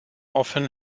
often